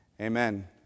amen